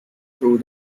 through